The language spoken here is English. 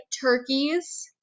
turkeys